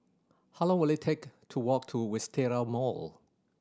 how long will it take to walk to Wisteria Mall